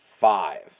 five